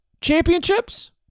Championships